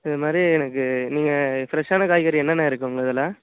இது மாதிரி எனக்கு நீங்கள் ஃப்ரெஷ்ஷான காய்கறி என்னென்ன இருக்குது உங்கள் இதில்